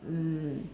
mm